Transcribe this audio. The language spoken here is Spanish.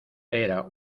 era